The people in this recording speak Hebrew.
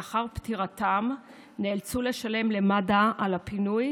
לאחר פטירתם נאלצנו לשלם למד"א על הפינוי